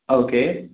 okay